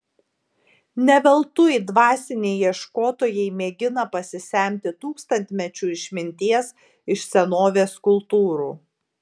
ne veltui dvasiniai ieškotojai mėgina pasisemti tūkstantmečių išminties iš senovės kultūrų